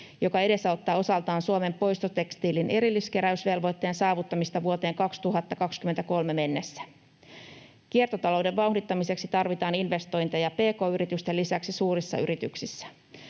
joka edesauttaa osaltaan Suomen poistotekstiilien erilliskeräysvelvoitteen saavuttamista vuoteen 2023 mennessä. Kiertotalouden vauhdittamiseksi tarvitaan investointeja pk-yritysten lisäksi suurissa yrityksissä.